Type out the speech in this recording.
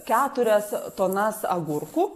keturias tonas agurkų